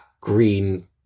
green